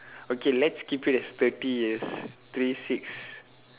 okay let's keep it as thirty years three six